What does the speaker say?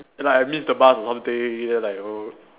like I miss the bus or something then I was like oh